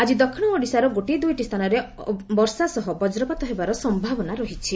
ଆକି ଦକ୍ଷିଶ ଓଡ଼ିଶାର ଗୋଟିଏ ଦୂଇଟି ସ୍ସାନରେ ବର୍ଷା ସହ ବଜ୍ରପାତ ହେବାର ସୟାବନା ରହିଛି